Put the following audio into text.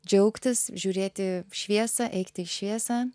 džiaugtis žiūrėti šviesą eiti į šviesą